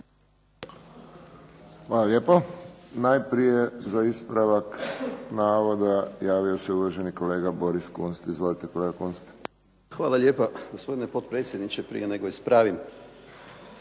Hvala lijepo. Najprije za ispravak navoda javio se uvaženi kolega Boris Kunst. Izvolite kolega Kunst. **Kunst, Boris (HDZ)** Hvala lijepa gospodine potpredsjedniče. Prije nego ispravim